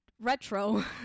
retro